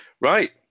right